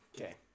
Okay